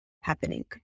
happening